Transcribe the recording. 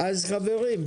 פחות.